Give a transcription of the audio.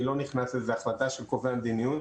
אני לא נכנס לזה, זה החלטה של קובעי המדיניות.